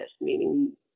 meaning